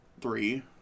three